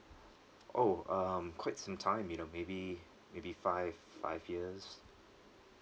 oh um quite some time you know maybe maybe five five years